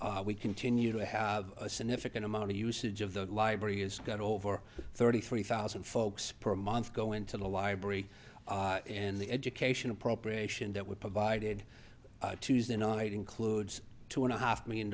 library we continue to have a significant amount of usage of the library has got over thirty three thousand folks per month go into the library and the education appropriation that were provided tuesday night includes two and a half million